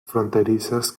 fronterizas